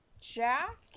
Jack